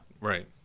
Right